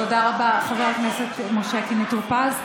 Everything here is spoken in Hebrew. תודה רבה, חבר הכנסת משה קינלי טור פז.